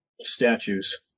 statues